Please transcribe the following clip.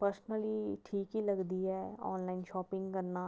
personally ठीक ही लगदी ऐ आनॅलाइन शापिंग करना